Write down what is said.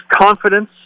confidence